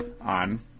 on